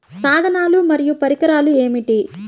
సాధనాలు మరియు పరికరాలు ఏమిటీ?